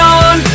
on